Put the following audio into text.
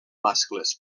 mascles